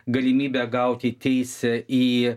galimybė gauti teisę į